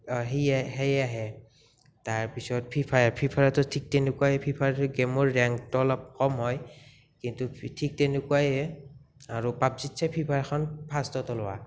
সেই আহে তাৰ পিছত ফ্ৰি ফায়াৰ ফ্ৰি ফায়াৰতো ঠিক তেনেকুৱাই ফ্ৰি ফায়াৰ গেমত ৰেংকটো অলপ কম হয় কিন্তু ঠিক তেনেকুৱাইয়ে আৰু পাব্জীতচে ফ্ৰি ফায়াৰখন ফাৰ্ষ্টত ওলোৱা